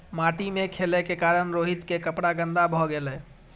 माटि मे खेलै के कारण रोहित के कपड़ा गंदा भए गेलै